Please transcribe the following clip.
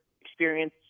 experience